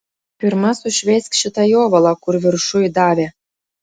pirma sušveisk šitą jovalą kur viršuj davė